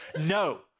No